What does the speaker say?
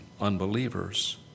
unbelievers